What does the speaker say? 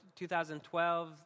2012